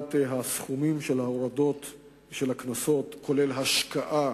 סוגיית סכומי הקנסות, וההשקעה